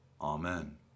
Amen